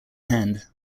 hand